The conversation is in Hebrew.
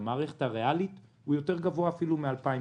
אלא למערכת הריאלית הוא גבוה יותר אפילו מ-2019.